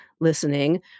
listening